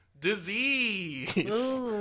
Disease